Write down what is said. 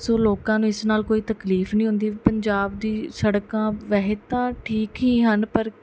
ਸੋ ਲੋਕਾਂ ਨੂੰ ਇਸ ਨਾਲ ਕੋਈ ਤਕਲੀਫ ਨਹੀਂ ਹੁੰਦੀ ਪੰਜਾਬ ਦੀ ਸੜਕਾਂ ਵਹਿਤਾ ਠੀਕ ਹੀ ਹਨ ਪਰ